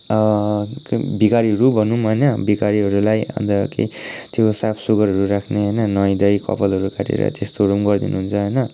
भिखारीहरू भनौँ होइन भिखारीहरूलाई अन्त त्यो साफसुग्घरहरू राख्ने होइन नुहाईधुवाई कपालहरू काटेर त्यस्तोहरू पनि गरिदिनु हुन्छ होइन